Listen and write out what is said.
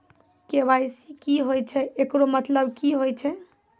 KYC की होय छै, एकरो मतलब की होय छै?